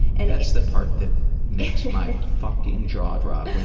and that's the part that makes my fucking jaw drop.